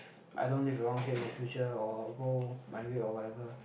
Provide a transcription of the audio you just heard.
I don't live around here in the future or go migrate or whatever